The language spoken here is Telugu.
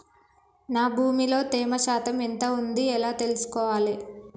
నా భూమి లో తేమ శాతం ఎంత ఉంది ఎలా తెలుసుకోవాలే?